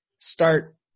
start